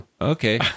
Okay